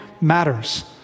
matters